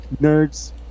nerds